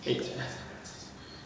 eight